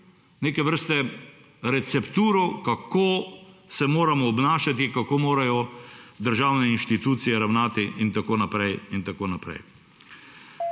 Neke vrste recepturo, kako se moramo obnašati, kako morajo državne institucije ravnati in tako naprej. Upam